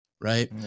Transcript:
right